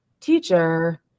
teacher